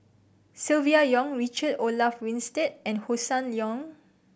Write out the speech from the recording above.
Silvia Yong Richard Olaf Winstedt and Hossan Leong